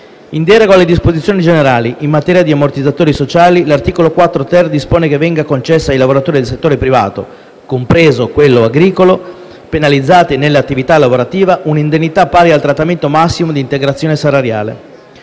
In deroga alle disposizioni generali in materia di ammortizzatori sociali, l’articolo 4-ter dispone che venga concessa ai lavoratori del settore privato, compreso quello agricolo, penalizzati nell’attività lavorativa, un’indennità pari al trattamento massimo di integrazione salariale.